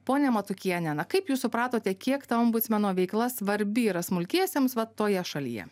ponia matukienė kaip jūs supratote kiek ta ombudsmeno veikla svarbi yra smulkiesiems va toje šalyje